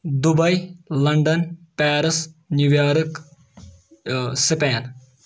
Dubai London Paris New York Spain